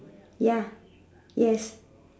ya yes